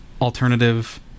alternative